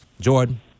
Jordan